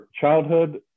childhood